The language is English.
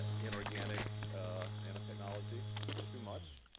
ah inorganic nanotechnology too much.